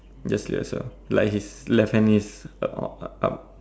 just like his left hand is uh on uh up